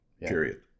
period